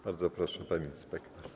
Bardzo proszę, pani inspektor.